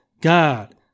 god